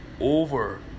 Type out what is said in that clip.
over